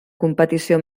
competició